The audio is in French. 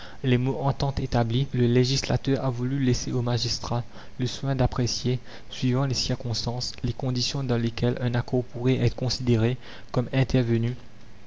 les mots entente établie le législateur a voulu laisser aux magistrats le soin d'apprécier suivant les circonstances les conditions dans lesquelles un accord pourrait être considéré comme intervenu